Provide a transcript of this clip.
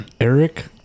Eric